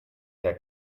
herr